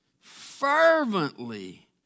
fervently